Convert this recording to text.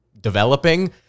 developing